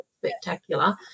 spectacular